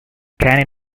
can